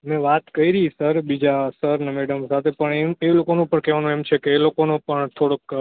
મેં વાત કરી સર બીજા સરને મેડમ સાથે પણ એમ એ લોકોનું પણ કહેવાનું એમ છે એ લોકોનું પણ થોડોક